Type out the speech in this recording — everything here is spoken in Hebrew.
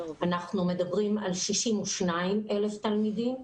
אנחנו מדברים על 62,000 תלמידים.